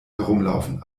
herumlaufen